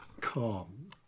calm